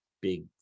big